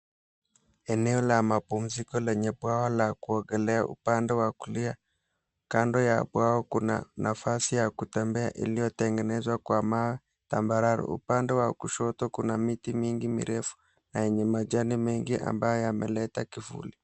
Eneo la mapumziko lenye bwawa la kuogelea upande wa kulia. Kando ya bwawa kuna nafasi ya kutembea iliyotengenezwa kwa mawe tambararu. Upande wa kushoto kuna miti mingi mirefu na yenye majani mengi ambayo yameleta kivuli.